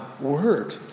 word